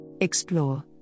Explore